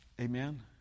Amen